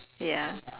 ya